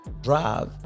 drive